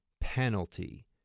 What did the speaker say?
penalty